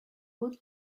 good